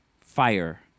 fire